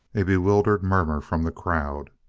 a bewildered murmur from the crowd.